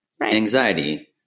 anxiety